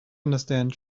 understand